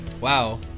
Wow